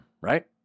right